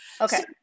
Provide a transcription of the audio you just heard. Okay